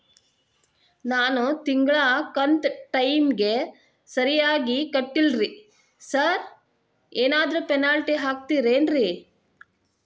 ನಾನು ತಿಂಗ್ಳ ಕಂತ್ ಟೈಮಿಗ್ ಸರಿಗೆ ಕಟ್ಟಿಲ್ರಿ ಸಾರ್ ಏನಾದ್ರು ಪೆನಾಲ್ಟಿ ಹಾಕ್ತಿರೆನ್ರಿ?